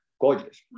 Gorgeous